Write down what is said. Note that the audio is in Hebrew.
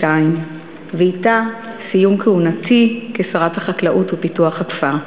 ואתה סיום כהונתי כשרת החקלאות ופיתוח הכפר.